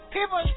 People